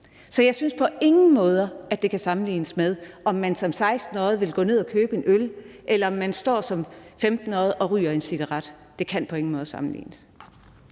Så jeg synes på ingen måder, det kan sammenlignes med, at man som 16-årig vil gå ned og købe en øl, eller at man står som 15-årig og ryger en cigaret. Det kan på ingen måde sammenlignes.